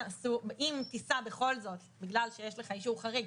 אם תיסע בכל זאת בגלל שיש לך אישור חריג,